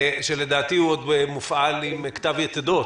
שלדעתי עוד מופעל עם כתב יתדות,